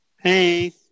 hey